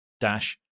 dash